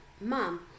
Mom